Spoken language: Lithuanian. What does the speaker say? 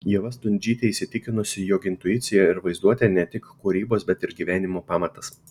ieva stundžytė įsitikinusi jog intuicija ir vaizduotė ne tik kūrybos bet ir gyvenimo pamatas